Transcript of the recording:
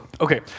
Okay